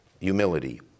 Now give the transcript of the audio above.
humility